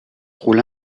rôle